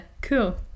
Cool